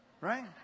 right